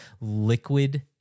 Liquid